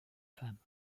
femmes